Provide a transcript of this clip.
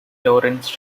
lawrence